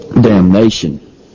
Damnation